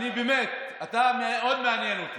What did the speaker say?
אני באמת, אתה מאוד מעניין אותי.